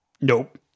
nope